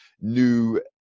new